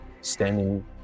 standing